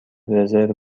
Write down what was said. رزرو